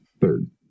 Third